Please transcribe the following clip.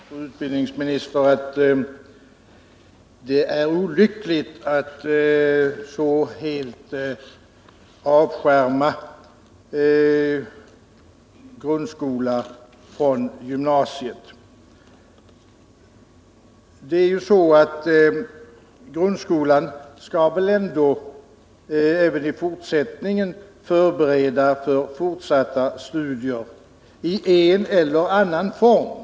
Herr talman! Jag tror fortfarande, fru skolminister, att det är olyckligt att helt avskärma grundskolan från gymnasiet. Grundskolan skall väl ändå även i fortsättningen förbereda för fortsatta studier i en eller annan form.